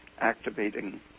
activating